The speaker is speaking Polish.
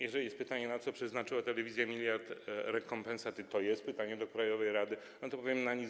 Jeżeli jest pytanie o to, na co przeznaczyła telewizja 1 mld z rekompensaty - to jest pytanie do krajowej rady - to odpowiem: Na nic.